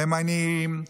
הם עניים,